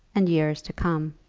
and years to come.